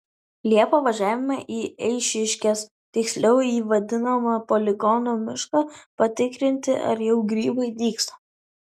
liepą važiavome į eišiškes tiksliau į vadinamą poligono mišką patikrinti ar jau grybai dygsta